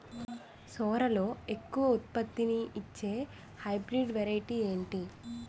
సోరలో ఎక్కువ ఉత్పత్తిని ఇచే హైబ్రిడ్ వెరైటీ ఏంటి?